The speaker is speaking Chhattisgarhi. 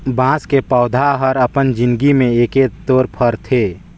बाँस के पउधा हर अपन जिनगी में एके तोर फरथे